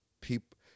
people